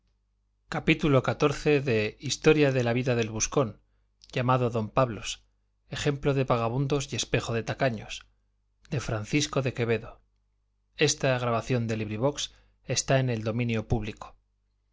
gutenberg ebook historia historia de la vida del buscón llamado don pablos ejemplo de vagamundos y espejo de tacaños de francisco de quevedo y villegas libro primero capítulo i en que